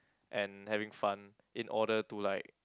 and having fun in order to like